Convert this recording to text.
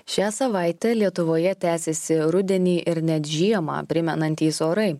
šią savaitę lietuvoje tęsėsi rudenį ir net žiemą primenantys orai